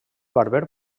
barber